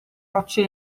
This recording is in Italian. rocce